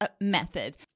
method